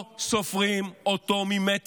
לא סופרים אותו ממטר,